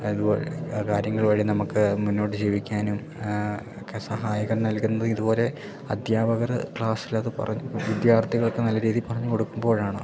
അതു വഴി ആ കാര്യങ്ങൾ വഴി നമുക്ക് മുന്നോട്ട് ജീവിക്കാനും ഒക്കെ സഹായകം നൽകുന്ന ഇതു പോലെ അദ്ധ്യാപകർ ക്ലാസ്സിലത് പറഞ്ഞ് വിദ്യാർത്ഥികള്ക്ക് നല്ല രീതിയിൽ പറഞ്ഞു കൊടുക്കുമ്പോഴാണ്